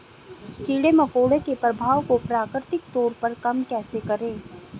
कीड़े मकोड़ों के प्रभाव को प्राकृतिक तौर पर कम कैसे करें?